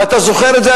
ואתה זוכר את זה,